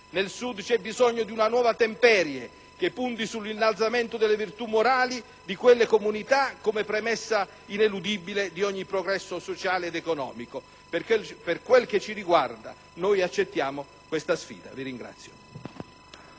Nel Sud c'è' bisogno di una nuova temperie, che punti sull'innalzamento delle virtù morali di quelle comunità come premessa ineludibile di ogni progresso sociale ed economico. Per quel che ci riguarda, noi accettiamo questa sfida. *(Applausi